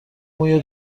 موی